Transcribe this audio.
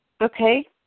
okay